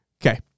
Okay